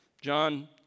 John